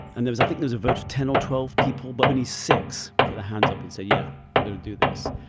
and there was i think there's a vote of ten or twelve people, but only six put their hands up and said, yeah, we're going to do this.